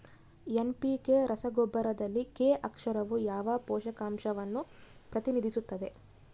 NPK ರಸಗೊಬ್ಬರದಲ್ಲಿ K ಅಕ್ಷರವು ಯಾವ ಪೋಷಕಾಂಶವನ್ನು ಪ್ರತಿನಿಧಿಸುತ್ತದೆ?